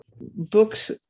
books